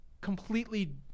completely